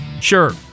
sure